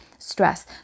stress